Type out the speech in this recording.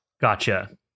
Gotcha